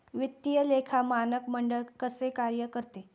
वित्तीय लेखा मानक मंडळ कसे कार्य करते?